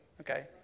okay